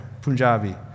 Punjabi